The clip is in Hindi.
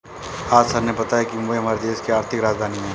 आज सर ने बताया कि मुंबई हमारे देश की आर्थिक राजधानी है